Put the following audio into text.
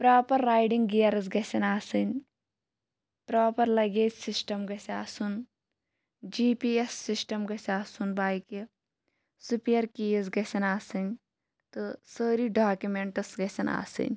proper riding gears گَژھن آسٕنۍ proper luggage system گَژھِ آسُن جی پی ایس سِسٹَم گَژھِ آسُن بایِکہِ سُپِیَر کیس گَژھن آسٕنۍ تہٕ سٲری ڈاکِمینٛٹٕس گَژھن آسٕنۍ